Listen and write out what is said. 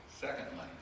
Secondly